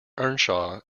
earnshaw